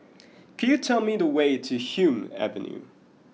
could you tell me the way to Hume Avenue